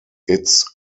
its